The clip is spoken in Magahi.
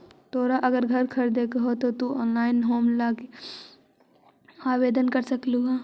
तोरा अगर घर खरीदे के हो त तु ऑनलाइन होम लोन लागी आवेदन कर सकलहुं हे